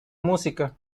música